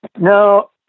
No